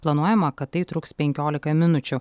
planuojama kad tai truks penkiolika minučių